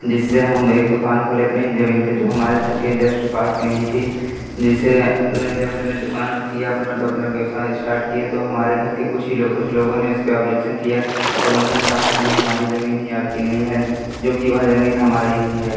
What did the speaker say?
जिससे हम एक दुकान खोले अपने ही ज़मीन पर जो हमारे घर के जश्ट पास में ही थी जैसे जब हमने दुकान अब किया अपना जब अपना व्यवसाय इश्टाट किए तो हमारे घर के कुछ ही लोग कुछ लोगों ने इसपर ऑब्जेक्सन किया और उन्होंने कहा कि यह हमारी ज़मीन है आपकी नहीं है जबकि वह ज़मीन हमारी ही है